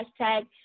hashtag